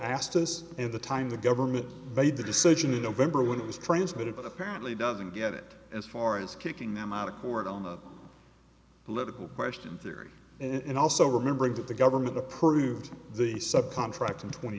asked us in the time the government made the decision in november when it was transmitted but apparently doesn't get it as far as kicking them out of court on the political question theory and also remembering that the government approved the sub contract in twenty